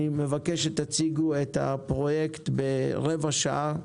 אני מבקש שתציגו את הפרויקט ברבע שעה,